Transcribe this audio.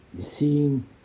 Seeing